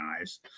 eyes